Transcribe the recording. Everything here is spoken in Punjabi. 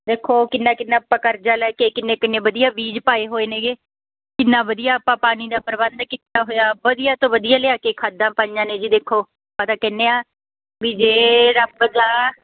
ਦੇਖੋ ਕਿੰਨਾ ਕਿੰਨਾ ਆਪਾਂ ਕਰਜ਼ਾ ਲੈ ਕੇ ਕਿੰਨੇ ਕਿੰਨੇ ਵਧੀਆ ਬੀਜ ਪਾਏ ਹੋਏ ਨੇਗੇ ਕਿੰਨਾ ਵਧੀਆ ਆਪਾਂ ਪਾਣੀ ਦਾ ਪ੍ਰਬੰਧ ਕੀਤਾ ਹੋਇਆ ਵਧੀਆ ਤੋਂ ਵਧੀਆ ਲਿਆ ਕੇ ਖਾਦਾਂ ਪਾਈਆਂ ਨੇ ਜੀ ਦੇਖੋ ਆਪਾਂ ਤਾਂ ਕਹਿੰਦੇ ਹਾਂ ਵੀ ਜੇ ਰੱਬ ਦਾ